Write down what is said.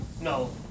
No